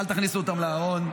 אל תכניסו אותן לארון.